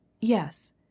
Yes